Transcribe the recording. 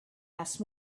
asked